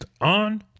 on